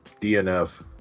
DNF